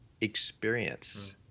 experience